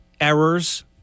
errors